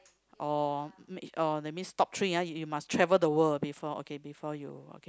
oh mean that's mean top three ah you must travel the world before okay before you